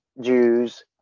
Jews